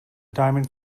diamond